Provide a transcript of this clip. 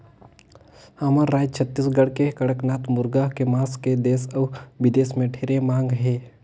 हमर रायज छत्तीसगढ़ के कड़कनाथ मुरगा के मांस के देस अउ बिदेस में ढेरे मांग हे